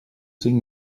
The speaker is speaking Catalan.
cinc